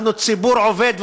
אנחנו ציבור עובד,